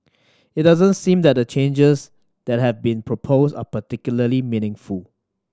it doesn't seem that the changes that have been proposed are particularly meaningful